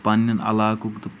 پنٛنٮ۪ن علاقُک تہٕ